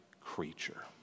creature